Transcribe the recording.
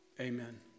amen